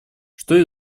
что